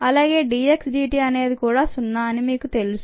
అలాగే D x dt అనేది కూడా0 అని మీకు తెలుసు